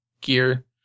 gear